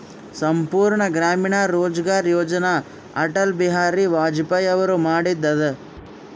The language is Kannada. ಸಂಪೂರ್ಣ ಗ್ರಾಮೀಣ ರೋಜ್ಗಾರ್ ಯೋಜನ ಅಟಲ್ ಬಿಹಾರಿ ವಾಜಪೇಯಿ ಅವರು ಮಾಡಿದು ಅದ